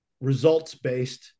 results-based